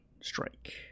strike